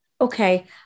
Okay